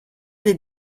des